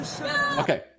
Okay